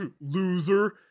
Loser